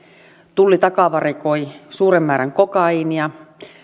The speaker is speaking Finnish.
tulli takavarikoi suuren määrän kokaiinia